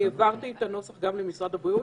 אני העברתי את הנוסח גם למשרד הבריאות.